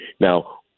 Now